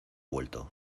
vuelto